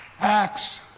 Acts